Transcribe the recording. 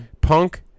punk